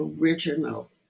original